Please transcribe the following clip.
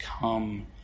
come